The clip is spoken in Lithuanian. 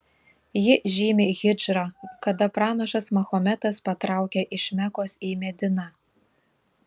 ji žymi hidžrą kada pranašas mahometas patraukė iš mekos į mediną